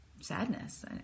sadness